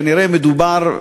כנראה מדובר,